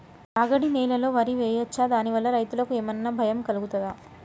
రాగడి నేలలో వరి వేయచ్చా దాని వల్ల రైతులకు ఏమన్నా భయం కలుగుతదా?